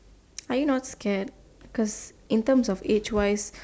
are you not scared because in terms of age wise